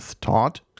taught